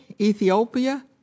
Ethiopia